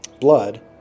Blood